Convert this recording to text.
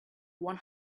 one